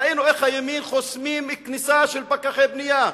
ראינו איך הימין חוסמים כניסה של פקחי בנייה,